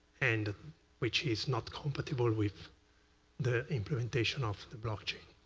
and which is not compatible with the implementation of the blockchain.